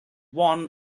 one